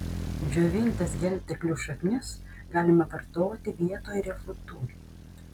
džiovintas gelteklių šaknis galima vartoti vietoj riešutų